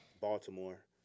Baltimore